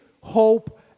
hope